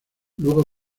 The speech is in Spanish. luego